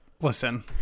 Listen